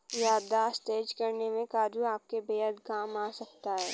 याददाश्त तेज करने में काजू आपके बेहद काम आ सकता है